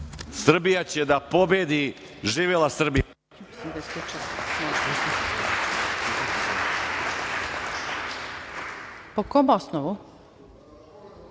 Srbija će da pobedi. Živela Srbija!